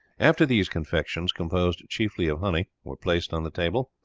after these confections, composed chiefly of honey, were placed on the table.